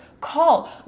call